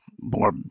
more